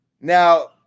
Now